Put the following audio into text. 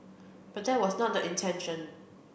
but that was not the intention